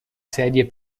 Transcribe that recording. sedie